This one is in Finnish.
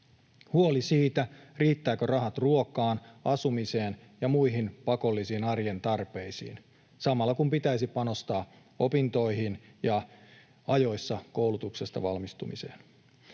huoli siitä, riittävätkö rahat ruokaan, asumiseen ja muihin pakollisiin arjen tarpeisiin samalla kun pitäisi panostaa opintoihin ja ajoissa koulutuksesta valmistumiseen.